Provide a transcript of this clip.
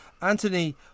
Anthony